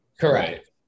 Correct